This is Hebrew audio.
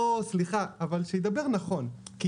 שידבר נכון, סליחה.